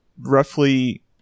roughly